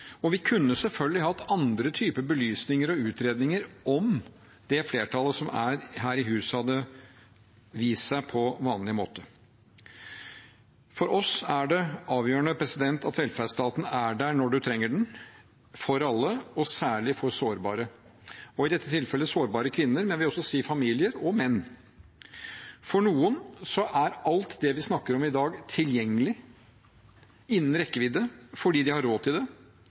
og vi kunne selvfølgelig hatt andre typer belysninger og utredninger – om det flertallet som er her i huset, hadde vist seg på vanlig måte. For oss er det avgjørende at velferdsstaten er der når man trenger den, for alle og særlig for sårbare, og i dette tilfellet sårbare kvinner, men jeg vil også si familier og menn. For noen er alt det vi snakker om i dag, tilgjengelig, innen rekkevidde, fordi de har råd til det.